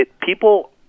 People